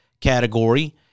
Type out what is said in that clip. category